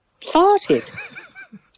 farted